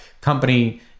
company